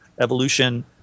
Evolution